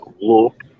look